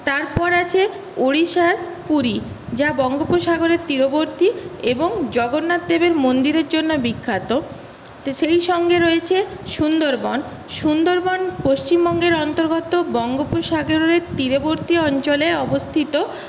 তারপর আছে ওড়িশার পুরী যা বঙ্গোপসাগরের তীরবর্তী এবং জগন্নাথ দেবের মন্দিরের জন্যে বিখ্যাত সেই সঙ্গে রয়েছে সুন্দরবন সুন্দরবন পশ্চিমবঙ্গের অন্তর্গত বঙ্গোপসাগরের তীরবর্তী অঞ্চলে অবস্থিত